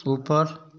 ऊपर